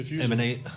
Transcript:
emanate